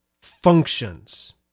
functions